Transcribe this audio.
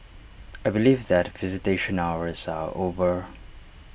I believe that visitation hours are over